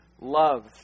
love